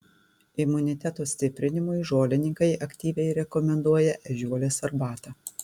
imuniteto stiprinimui žolininkai aktyviai rekomenduoja ežiuolės arbatą